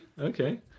Okay